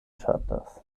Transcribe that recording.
ŝatas